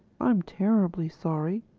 i'm terribly sorry.